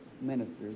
ministers